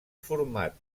format